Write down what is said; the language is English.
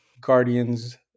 Guardians